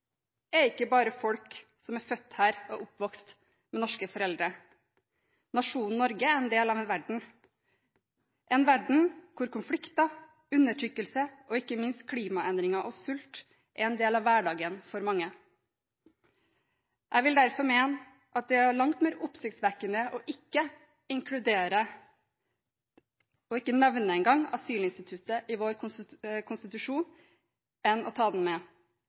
er ikke bare folk som er født her og oppvokst her med norske foreldre. Nasjonen Norge er en del av en verden der konflikter, undertrykkelse og ikke minst klimaendringer og sult er en del av hverdagen for mange. Jeg vil derfor mene at det er langt mer oppsiktsvekkende ikke å inkludere og ikke engang nevne asylinstituttet i vår konstitusjon, enn det er å ta den med,